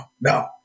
no